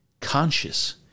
conscious